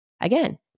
Again